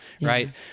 Right